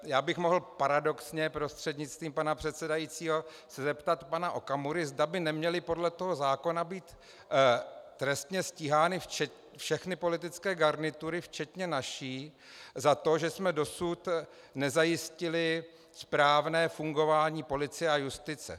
Já bych se mohl paradoxně, prostřednictvím pana předsedajícího, zeptat pana Okamury, zda by neměly podle toho zákona být trestně stíhány všechny politické garnitury včetně naší za to, že jsme dosud nezajistili správné fungování policie a justice.